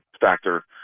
factor